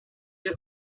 mère